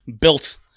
built